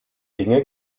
dinge